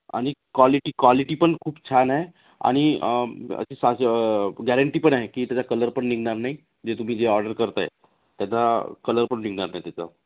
आणि quality quality पण खूप छान आहे आणि अशी गॅरेंटी पण आहे की त्याचा कलर पण निघणार नाही जे तुम्ही जे ऑर्डर करत आहे त्याचा कलर पण निघणार नाही त्याचं